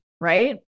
right